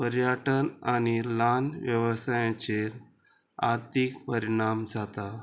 पर्यटन आनी ल्हान वेवसायाचेर आर्थीक परिणाम जाता